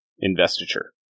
investiture